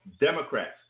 democrats